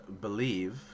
believe